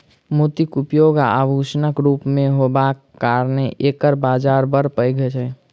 मोतीक उपयोग आभूषणक रूप मे होयबाक कारणेँ एकर बाजार बड़ पैघ छै